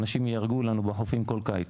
אנשים ייהרגו לנו בחופים כל קיץ.